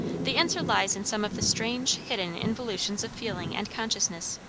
the answer lies in some of the strange, hidden involutions of feeling and consciousness,